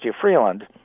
Freeland